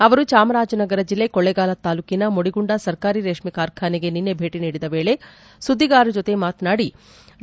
ಅವರು ಚಾಮರಾಜನಗರ ಜಿಲ್ಲೆ ಕೊಳ್ಳೇಗಾಲ ತಾಲ್ಲೂಕಿನ ಮುಡಿಗುಂಡ ಸರ್ಕಾರಿ ರೇಷ್ಮೆ ಕಾರ್ಖಾನಿಗೆ ನಿನ್ನೆ ಭೇಟಿ ನೀಡಿದ ವೇಳೆ ಸುದ್ದಿಗಾರರ ಜೊತೆ ಮಾತನಾಡಿದ ಸಚಿವರು